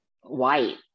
white